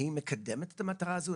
היא מקדמת את המטרה הזו?